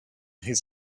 his